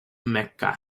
mecca